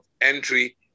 entry